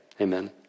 Amen